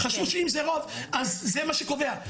חשבו שאם זה רוב, אז זה מה שקובע.